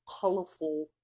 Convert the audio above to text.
colorful